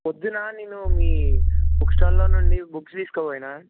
పొద్దున నేను మీ బుక్ స్టాల్లో నుండి బుక్స్ తీసుకపోయినాను